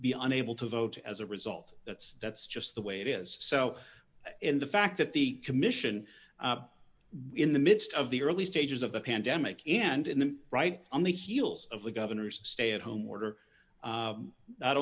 be unable to vote as a result that's that's just the way it is so in the fact that the commission in the midst of the early stages of the pandemic and in the right on the heels of the governor's stay at home order